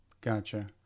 Gotcha